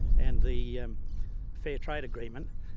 and the yeah um fair trade agreement.